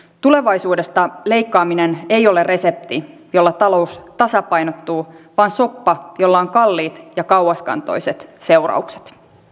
tulevaisuudesta leikkaaminen ei ole resepti jolla talous tasapainottuu vaan soppa jolla on kalliit ja kauaskantoiset seuraukset